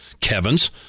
Kevin's